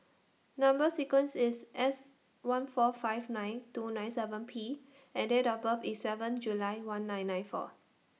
Number sequence IS S one four five nine two nine seven P and Date of birth IS seven July one nine nine one